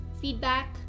feedback